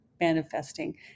manifesting